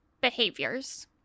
behaviors